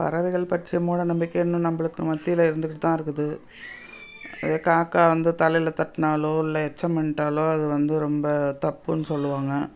பறவைகள் பற்றிய மூடநம்பிக்கைகள் இன்னும் நம்மளுக்கு மத்தியில் இருந்துக்கிட்டுதான் இருக்குது அது காக்கா வந்து தலையில் தட்டினாலோ இல்லை எச்சம் பண்ணிட்டாலோ அது வந்து ரொம்ப தப்புன்னு சொல்லுவாங்க